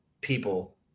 people